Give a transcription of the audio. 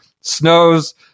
snows